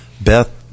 Beth